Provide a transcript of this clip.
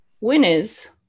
winners